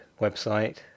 website